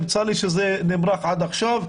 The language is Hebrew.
צר לי שזה נמרח עד עכשיו.